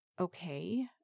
Okay